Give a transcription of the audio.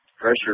pressure